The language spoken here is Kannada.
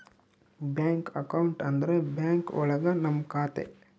ಬ್ಯಾಂಕ್ ಅಕೌಂಟ್ ಅಂದ್ರೆ ಬ್ಯಾಂಕ್ ಒಳಗ ನಮ್ ಖಾತೆ